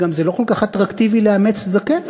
וזה גם לא כל כך אטרקטיבי לאמץ זקן.